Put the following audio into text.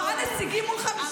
אני רוצה שני נציגים מטעמנו,